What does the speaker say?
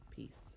Peace